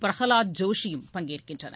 பிரகலாத் ஜோஷியும் பங்கேற்கின்றனர்